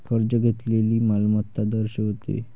कर्ज घेतलेली मालमत्ता दर्शवते